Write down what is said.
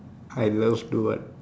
I love to do what